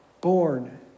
born